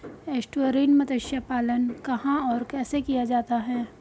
Estuarine मत्स्य पालन कहां और कैसे किया जाता है?